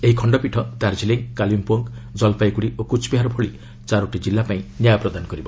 ଏହି ଖଣ୍ଡପୀଠ ଦାର୍କଲିଂ କାଲିମପୋଙ୍ଗ ଜଲପାଇଗୁଡ଼ି ଓ କୁଚ୍ବିହାର ଭଳି ଚାରୋଟି ଜିଲ୍ଲା ପାଇଁ ନ୍ୟାୟ ପ୍ରଦାନ କରିବ